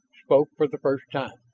spoke for the first time.